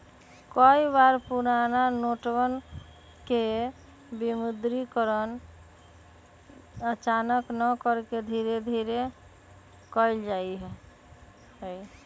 कई बार पुराना नोटवन के विमुद्रीकरण अचानक न करके धीरे धीरे कइल जाहई